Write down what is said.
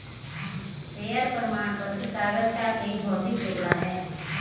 share प्रमाण पत्र कागज का एक भौतिक टुकड़ा है